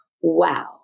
wow